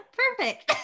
perfect